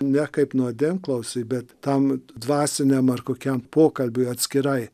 ne kaip nuodėmklausį bet tam dvasiniam ar kokiam pokalbiui atskirai